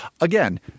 again